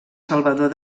salvador